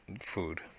food